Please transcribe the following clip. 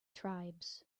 tribes